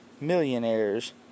millionaires